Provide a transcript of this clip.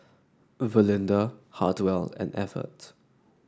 Valinda Hartwell and Evert